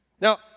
Now